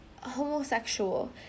homosexual